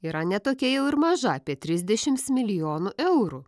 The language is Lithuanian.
yra ne tokia jau ir maža apie trisdešims milijonų eurų